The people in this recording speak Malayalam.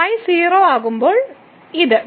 y 0 ആകുമ്പോൾ ഇത്